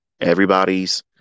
Everybody's